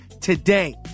today